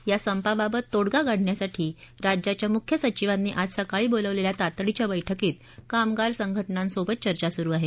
या संपाबाबत तोडगा काढण्यासाठी राज्याच्या मुख्य सचिवांनी आज सकाळी बोलवलेल्या तातडीच्या बैठकीत कामगार संघटनांसोबत चर्चा सुरु आहे